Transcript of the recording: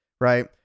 Right